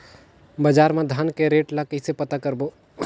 बजार मा धान के रेट ला कइसे पता करबो?